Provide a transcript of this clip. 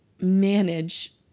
manage